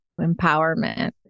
Empowerment